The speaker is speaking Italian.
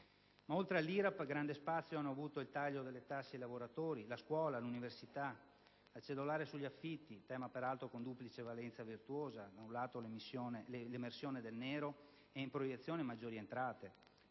Oltre all'IRAP, grande spazio hanno avuto il taglio delle tasse sui lavoratori, la scuola, le università, la cedolare sugli affitti (tema peraltro con duplice valenza virtuosa: da un lato, l'emersione del nero e, in proiezione, maggiori entrate);